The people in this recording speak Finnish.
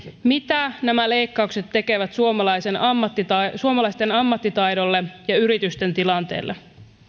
mitä nämä leikkaukset tekevät suomalaisten ammattitaidolle suomalaisten ammattitaidolle ja yritysten tilanteelle